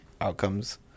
outcomes